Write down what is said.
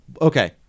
Okay